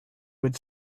would